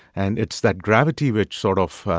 and it's that gravity which sort of,